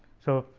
so,